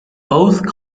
both